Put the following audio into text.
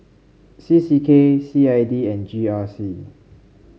C C K C I D and G R C